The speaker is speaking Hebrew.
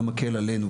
גם מקל עלינו,